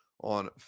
on